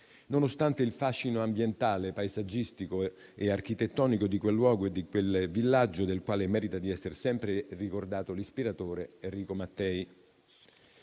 nonostante il fascino ambientale, paesaggistico e architettonico di quel luogo e di quel villaggio, del quale merita di essere sempre ricordato l'ispiratore, Enrico Mattei.